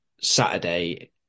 Saturday